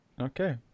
Okay